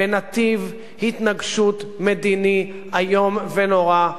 בנתיב התנגשות מדיני איום ונורא,